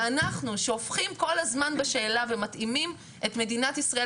ואנחנו שהופכים כל הזמן בשאלה ומתאימים את מדינת ישראל,